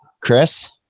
Chris